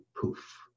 poof